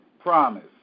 promise